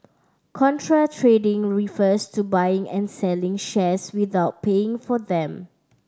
contra trading refers to buying and selling shares without paying for them